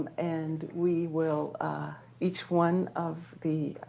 and we will each one of the